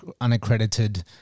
unaccredited